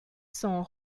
san